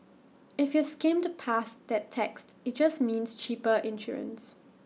if you skimmed past that text IT just means cheaper insurance